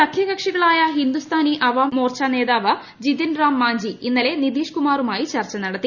സഖ്യകക്ഷിയായ ഹിന്ദുസ്ഥാനി അവാംമോർച്ച നേതാവ് ജിതൻറാം മാഞ്ചി ഇന്നലെ നിതീഷ്കുമാറുമായി ചർച്ച നടത്തി